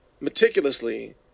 meticulously